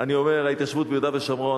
אני אומר: ההתיישבות ביהודה ושומרון,